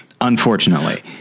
unfortunately